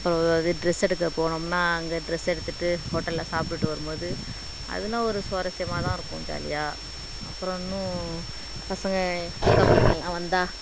அப்புறம் எதாவது டிரெஸ் எடுக்க போனோம்னால் அங்கே டிரெஸ் எடுத்துவிட்டு ஹோட்டலில் சாப்பிட்டுட்டு வரும்போது அதுலாம் ஒரு சுவாரஸ்யமாக தான் இருக்கும் ஜாலியாக அப்புறம் இன்னும் பசங்க அக்கா பிள்ளைங்க எல்லாம் வந்தால்